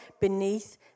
beneath